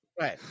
Right